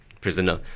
prisoner